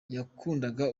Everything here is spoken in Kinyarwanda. yakundaga